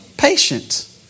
Patient